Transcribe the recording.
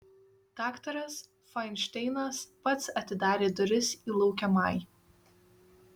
daktaras fainšteinas pats atidarė duris į laukiamąjį